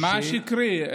מה שקרי?